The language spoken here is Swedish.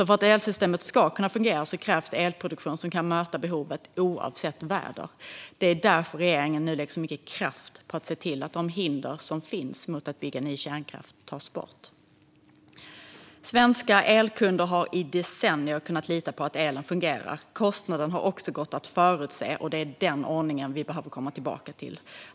För att elsystemet ska fungera krävs det elproduktion som kan möta behovet oavsett väder. Det är därför regeringen nu lägger så mycket kraft på att se till att de hinder som finns mot att bygga ny kärnkraft tas bort. Svenska elkunder har i decennier kunnat lita på att elen fungerar. Kostnaden har också gått att förutse. Det är den ordningen vi behöver komma tillbaka till.